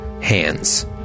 hands